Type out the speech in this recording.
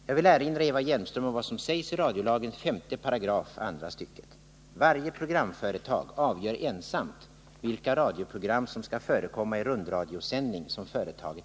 Jag vill erinra Eva Hjelmström om vad som sägs i radiolagens 5 § andra stycket: